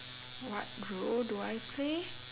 what role do I play